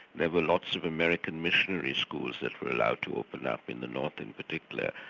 there were lot of american missionary schools that were allowed to open up in the north in particular,